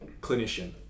clinician